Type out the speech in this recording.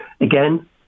Again